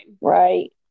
Right